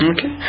Okay